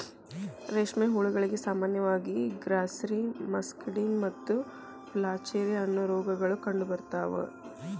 ರೇಷ್ಮೆ ಹುಳಗಳಿಗೆ ಸಾಮಾನ್ಯವಾಗಿ ಗ್ರಾಸ್ಸೆರಿ, ಮಸ್ಕಡಿನ್ ಮತ್ತು ಫ್ಲಾಚೆರಿ, ಅನ್ನೋ ರೋಗಗಳು ಕಂಡುಬರ್ತಾವ